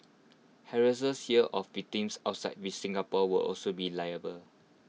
harassers here of victims outside we Singapore will also be liable